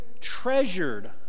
treasured